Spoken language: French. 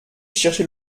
chercher